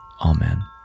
Amen